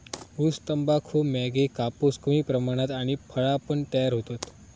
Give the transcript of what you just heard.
ऊस, तंबाखू, मॅगी, कापूस कमी प्रमाणात आणि फळा पण तयार होतत